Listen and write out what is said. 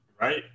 Right